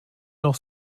noch